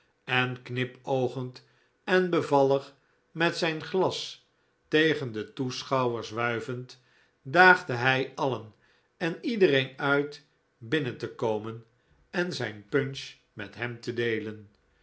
en knipoogend en bevallig met zijn glas tegen de toeschouwers wuivend daagde hij alien en iedereen uit binnen te komen en zijn punch met hem te deelen